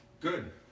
Good